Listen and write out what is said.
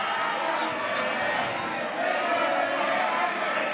ההצעה להעביר את הצעת חוק לתיקון פקודת היערות (הגברת ההגנה על